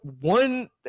one